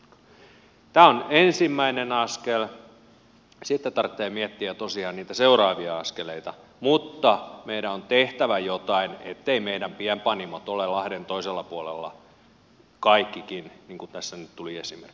tämä on ensimmäinen askel sitten tarvitsee miettiä tosiaan niitä seuraavia askeleita mutta meidän on tehtävä jotain etteivät meidän pienpanimot ole lahden toisella puolella kaikkikin niin kuin tässä nyt tuli esille